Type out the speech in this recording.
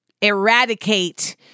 eradicate